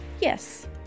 Yes